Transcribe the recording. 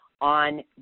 on